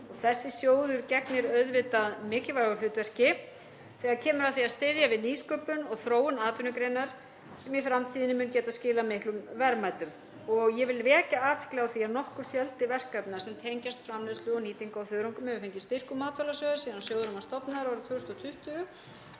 Þessi sjóður gegnir auðvitað mikilvægu hlutverki þegar kemur að því að styðja við nýsköpun og þróun atvinnugreinar sem í framtíðinni mun geta skilað miklum verðmætum. Ég vil vekja athygli á því að nokkur fjöldi verkefna sem tengjast framleiðslu og nýtingu á þörungum hefur fengið styrk úr matvælasjóði frá því að sjóðurinn var stofnaður árið 2020